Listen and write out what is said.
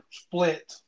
split